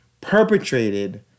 perpetrated